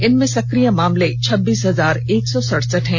इनमें सकिय मामले छब्बीस हजार एक सौ सड़सठ हैं